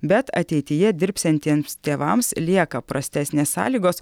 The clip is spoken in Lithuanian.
bet ateityje dirbsiantiems tėvams lieka prastesnės sąlygos